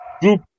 group